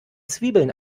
zwiebeln